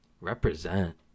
Represent